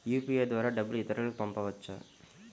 UPI ద్వారా డబ్బు ఇతరులకు పంపవచ్చ?